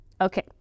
Okay